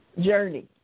Journey